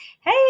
Hey